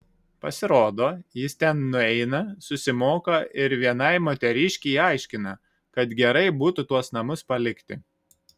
pasirodo jis ten nueina susimoka ir vienai moteriškei aiškina kad gerai būtų tuos namus palikti